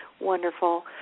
Wonderful